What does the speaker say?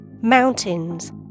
Mountains